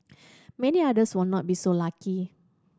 many others will not be so lucky